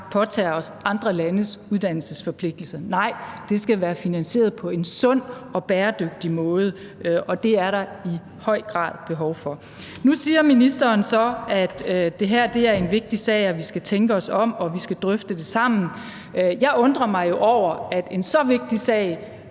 påtager os andre landes uddannelsesforpligtelse. Nej, det skal være finansieret på en sund og bæredygtig måde, og det er der i høj grad behov for. Nu siger ministeren så, at det her er en vigtig sag, og at vi skal tænke os om, og at vi skal drøfte det sammen. Jeg undrer mig over, at ministeren